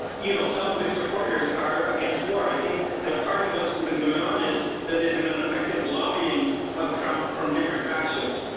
you know some of his supporters are against war. i think that part of what's but been going on is that there's been an effective lobbying of trump from different factions,